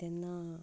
तेन्ना